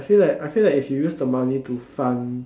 I feel that I feel that if you use the money to fund